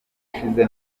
ushize